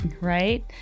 right